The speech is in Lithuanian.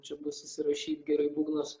čia bus įsirašyt gerai būgnus